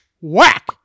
Whack